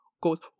goes